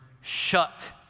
shut